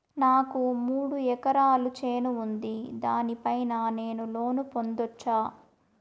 నాకు మూడు ఎకరాలు చేను ఉంది, దాని పైన నేను లోను పొందొచ్చా?